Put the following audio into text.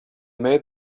made